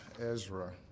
Ezra